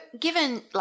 given